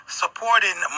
supporting